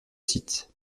site